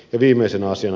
viimeisenä asiana